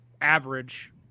average